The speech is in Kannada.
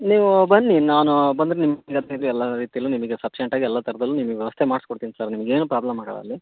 ನೀವು ಬನ್ನಿ ನಾನು ಬಂದ್ರೆ ನಿಮ್ಗೆ ಜೊತೆಯಲ್ಲಿ ಎಲ್ಲ ರೀತಿಯಲ್ಲೂ ನಿಮಿಗೆ ಸಫಿಷಿಯನ್ಟ್ ಆಗಿ ಎಲ್ಲ ತರದಲ್ಲೂ ನಿಮಿಗ್ ವ್ಯವಸ್ಥೆ ಮಾಡ್ಸ್ ಕೊಡ್ತಿನಿ ಸರ್ ನಿಮ್ಗೇನು ಪ್ರಾಬ್ಲಮ್ ಆಗಲ್ಲ ಅಲ್ಲಿ